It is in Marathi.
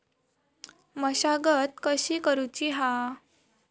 मशागत कशी करूची हा?